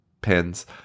pins